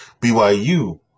BYU